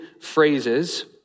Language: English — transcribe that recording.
phrases